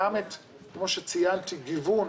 גם כמו שציינתי, גיוון